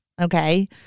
Okay